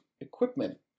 equipment